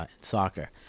soccer